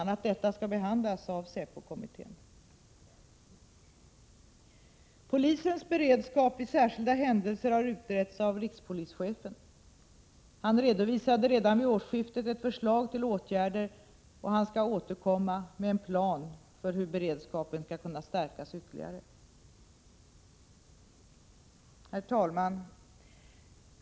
a. detta skall behandlas av säpokommittén. Polisens beredskap vid särskilda händelser har utretts av rikspolischefen. Han redovisade redan vid årsskiftet ett förslag till åtgärder och skall återkomma med en plan för hur beredskapen skall kunna stärkas ytterligare. Herr talman!